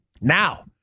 Now